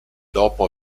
dopo